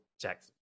Jackson